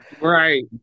right